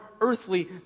earthly